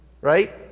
right